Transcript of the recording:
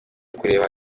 kureba